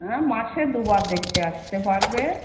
হ্যাঁ মাসে দুবার দেখতে আসতে পারবে